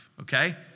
okay